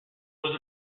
was